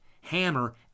hammer